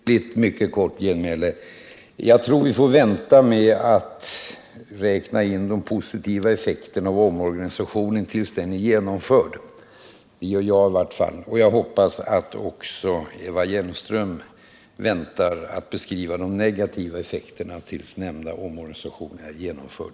Herr talman! Mitt genmäle skall bli mycket kort. Jag tror vi får vänta med att räkna de positiva effekterna av omorganisationen tills den är genomförd. Det gör i varje fall jag. Jag hoppas att Eva Hjelmström väntar med att beskriva de negativa effekterna tills nämnda omorganisation är genomförd.